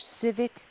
civic